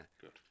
Good